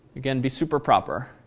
again, be super proper.